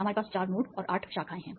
हमारे पास चार नोड और आठ शाखाएं हैं